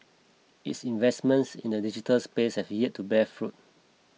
its investments in the digital space have yet to bear fruit